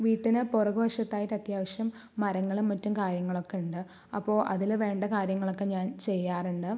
വീട്ടിന് പുറകു വശത്തായിട്ട് അത്യാവശ്യം മരങ്ങളും മറ്റും കാര്യങ്ങളൊക്കെ ഉണ്ട് അപ്പോൾ അതിൽ വേണ്ട കാര്യങ്ങളൊക്കെ ഞാൻ ചെയ്യാറുണ്ട്